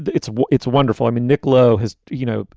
it's it's wonderful. i mean, nick lowe has, you know,